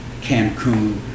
Cancun